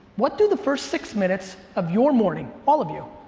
what do the first six minutes of your morning, all of you,